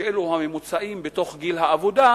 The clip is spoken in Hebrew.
שאלו הממוצעים בתוך גיל העבודה.